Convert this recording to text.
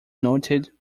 noted